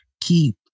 keep